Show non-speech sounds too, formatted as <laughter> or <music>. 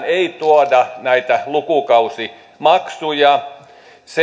<unintelligible> ei tuoda näitä lukukausimaksuja